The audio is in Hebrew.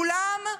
כולם,